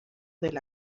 del